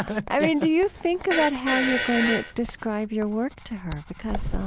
i mean, do you think about how you're going to describe your work to her? because so